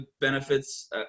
benefits